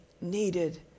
needed